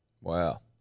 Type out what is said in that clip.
Wow